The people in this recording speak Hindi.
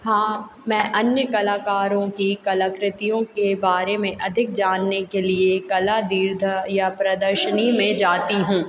हाँ मैं अन्य कलाकारों की कलाकृतियों के बारे में अधिक जानने के लिए कला दीर्घा या प्रदर्शनी में जाती हूँ